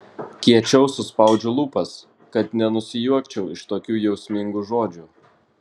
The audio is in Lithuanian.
kiečiau suspaudžiu lūpas kad nenusijuokčiau iš tokių jausmingų žodžių